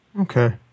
Okay